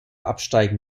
absteigen